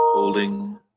holding